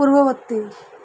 ପୂର୍ବବର୍ତ୍ତୀ